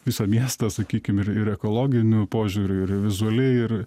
visą miestą sakykim ir ir ekologiniu požiūriu ir vizualiai ir